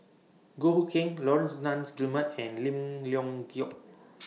Goh Hood Keng Laurence Nunns Guillemard and Lim Leong Geok